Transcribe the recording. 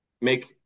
make